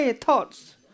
thoughts